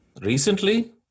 recently